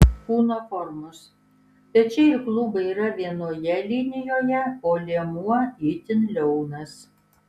kūno formos pečiai ir klubai yra vienoje linijoje o liemuo itin liaunas